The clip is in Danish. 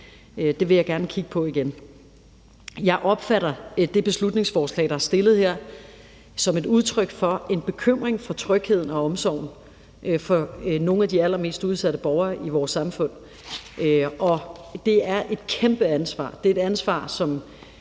Det vil jeg gerne kigge på igen. Jeg opfatter det beslutningsforslag, der er fremsat her, som et udtryk for en bekymring for trygheden og omsorgen for nogle af de allermest udsatte borgere i vores samfund, og det er et kæmpe ansvar. Det er et ansvar, som